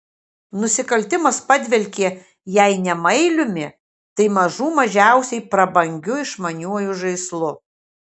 nusikaltimas padvelkė jei ne mailiumi tai mažų mažiausiai prabangiu išmaniuoju žaislu